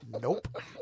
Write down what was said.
Nope